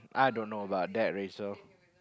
I don't know about that Rachel